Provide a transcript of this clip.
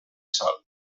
sol